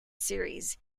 series